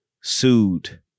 sued